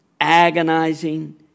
agonizing